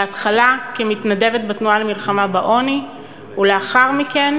בהתחלה כמתנדבת בתנועה למלחמה בעוני ולאחר מכן